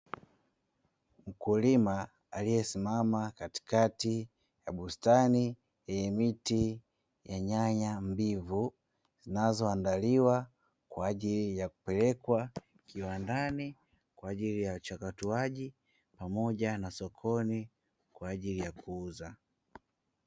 Mkulima aliyesimama katikati ya bustani yenye miti ya nyanya mbivu, zinazoandaliwa kwa ajili ya kupelekwa kiwandani kwa ajili ya uchakatwaji, pamoja na sokoni kwa ajili ya kuuza.